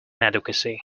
inadequacy